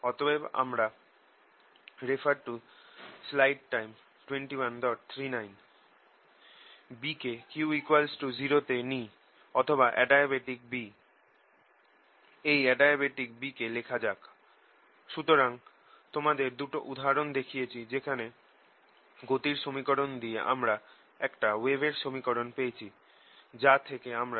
অতএব আমরা